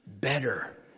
better